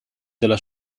della